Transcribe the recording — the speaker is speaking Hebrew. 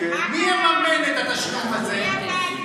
מי יממן את התשלום הזה?